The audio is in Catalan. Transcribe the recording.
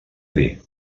dir